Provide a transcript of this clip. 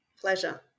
Pleasure